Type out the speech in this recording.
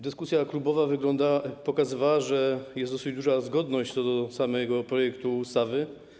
Dyskusja klubowa pokazywała, że jest dosyć duża zgodność co do samego projektu ustawy.